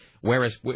whereas